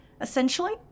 essentially